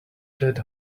dead